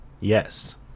Yes